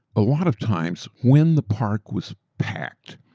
a lot of times, when the park was packed,